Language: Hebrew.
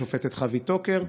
השופטת חוי טוקר.